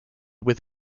with